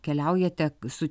keliaujate su